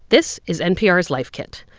this is npr's life kit.